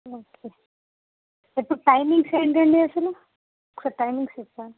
okay ఇప్పుడు timings ఏంటండీ అసలు ఒక సారి టైమింగ్స్ చెప్పారా